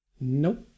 Nope